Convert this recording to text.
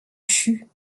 shu